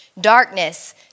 darkness